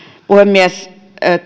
puhemies